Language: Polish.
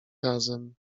razem